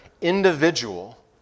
individual